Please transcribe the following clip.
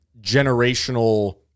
generational